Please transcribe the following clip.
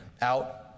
out